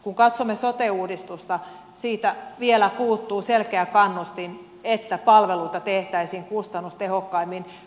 kun katsomme sote uudistusta siitä vielä puuttuu selkeä kannustin että palveluita tehtäisiin kustannustehokkaammin